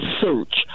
search